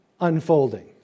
unfolding